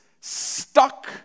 stuck